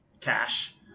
cash